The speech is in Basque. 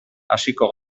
hasiko